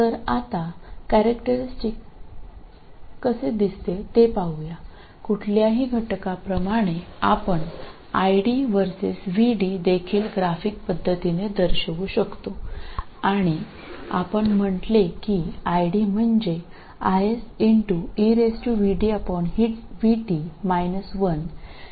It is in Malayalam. ഏതൊരു ഘടകത്തിനും സാധാരണ പോലെ നമുക്ക് സ്വഭാവ സവിശേഷതയായ ID vs VD ചിത്രീകരിക്കാനും കഴിയും ID IS ആണെന്ന് ഞങ്ങൾ പറഞ്ഞു